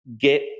get